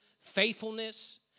faithfulness